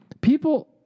people